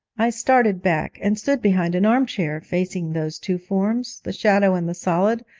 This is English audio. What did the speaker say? i started back, and stood behind an arm-chair, facing those two forms, the shadow and the solid,